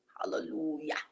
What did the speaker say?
Hallelujah